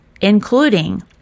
including